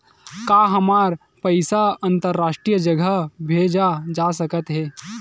का हमर पईसा अंतरराष्ट्रीय जगह भेजा सकत हे?